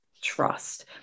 trust